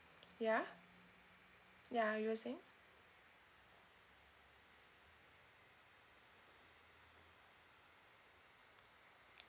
yeah yeah you were saying